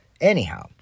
Anyhow